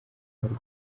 warwo